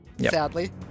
sadly